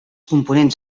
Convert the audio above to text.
components